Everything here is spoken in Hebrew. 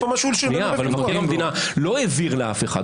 מבקר המדינה לא העביר לאף אחד.